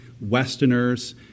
Westerners